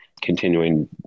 continuing